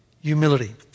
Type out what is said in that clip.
humility